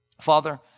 Father